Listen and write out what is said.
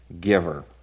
giver